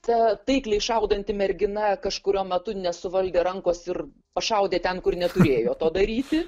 ta taikliai šaudanti mergina kažkuriuo metu nesuvaldė rankos ir pašaudė ten kur neturėjo to daryti